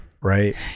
right